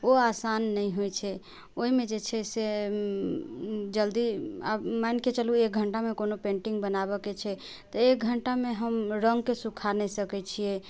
ओ आसान नहि होइ छै ओहिमे जे छै से जल्दी आब मानि के चलू एक घंटा मे कोनो पेन्टिंग बनाबऽ के छै तऽ एक घंटा मे हम रंग के सुखा नहि सकै छियै